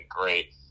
great